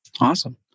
Awesome